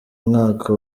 mwaka